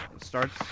starts